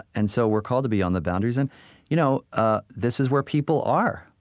and so we're called to be on the boundaries, and you know ah this is where people are.